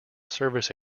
service